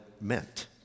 meant